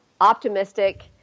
optimistic